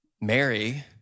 Mary